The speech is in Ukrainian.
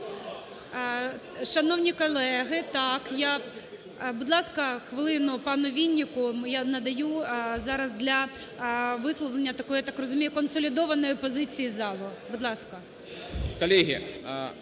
Шановні колеги, так! Я… Будь ласка, хвилину пану Віннику я надаю для висловлення такої, я так розумію, консолідованої позиції залу. Будь ласка.